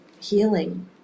healing